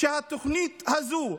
כדי שהתוכנית הזאת,